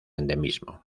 endemismo